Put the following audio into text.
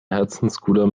herzensguter